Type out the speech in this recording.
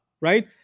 right